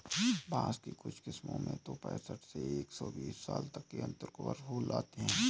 बाँस की कुछ किस्मों में तो पैंसठ से एक सौ बीस साल तक के अंतर पर फूल आते हैं